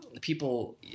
people